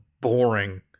boring